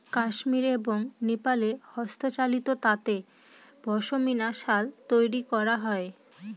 কাশ্মির এবং নেপালে হস্তচালিত তাঁতে পশমিনা শাল তৈরী করা হয়